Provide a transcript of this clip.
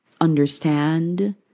Understand